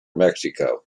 mexico